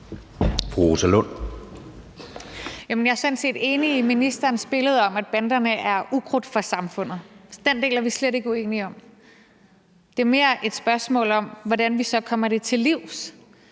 Jeg er sådan set enig i ministerens billede af, at banderne er ukrudt for samfundet, så den del er vi slet ikke uenige om. Det er mere et spørgsmål om, hvordan vi så kommer det til livs.